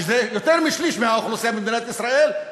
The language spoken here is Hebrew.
שזה יותר משליש מהאוכלוסייה במדינת ישראל.